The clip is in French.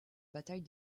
bataille